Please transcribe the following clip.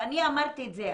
ואני אמרתי את זה,